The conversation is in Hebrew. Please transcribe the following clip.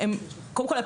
קודם כול,